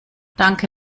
danke